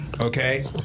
Okay